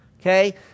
okay